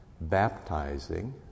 baptizing